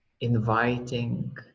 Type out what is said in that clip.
inviting